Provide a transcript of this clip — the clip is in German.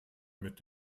mit